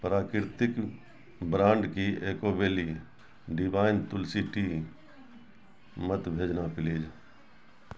پراکرتک brand کی echo valley divine Tulsi tea مت بھیجنا پلیز